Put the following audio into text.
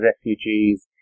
refugees